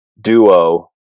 duo